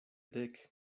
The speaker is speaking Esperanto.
dek